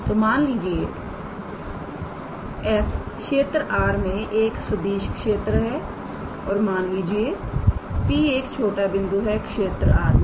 तोमान लीजिए 𝑓𝑥 𝑦 𝑧 क्षेत्र R में एक अदिश क्षेत्र है और मान लीजिए 𝑃𝑥 𝑦 𝑧 एक बिंदु है क्षेत्र R में